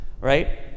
right